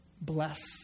bless